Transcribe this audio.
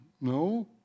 No